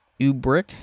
Ubrick